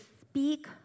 speak